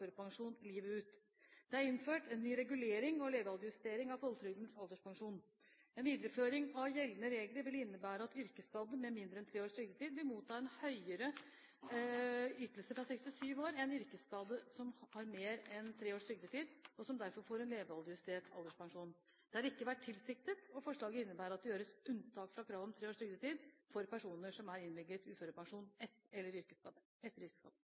livet ut. Det er innført en ny regulering og levealdersjustering av folketrygdens alderspensjon. En videreføring av gjeldende regler vil innebære at yrkesskadde med mindre enn tre års trygdetid vil motta en høyere ytelse fra 67 år enn yrkesskadde som har mer enn tre års trygdetid, og som derfor får en levealdersjustert alderspensjon. Dette har ikke vært tilsiktet, og forslaget innebærer at det gjøres unntak fra kravet om tre års trygdetid for personer som er innvilget uførepensjon